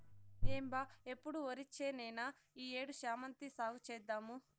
ఏం బా ఎప్పుడు ఒరిచేనేనా ఈ ఏడు శామంతి సాగు చేద్దాము